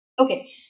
Okay